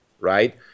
right